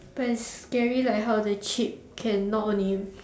but it's scary like how the chip can not only